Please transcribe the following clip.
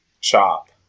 CHOP